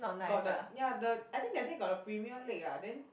got the ya the I think that day got a Premier League ah then